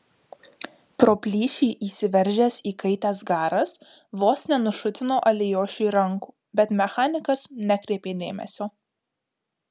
pro plyšį išsiveržęs įkaitęs garas vos nenušutino alijošiui rankų bet mechanikas nekreipė dėmesio